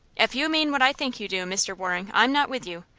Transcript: if you mean what i think you do, mr. waring, i'm not with you.